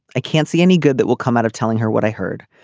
i can't see any good that will come out of telling her what i heard.